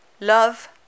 love